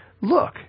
look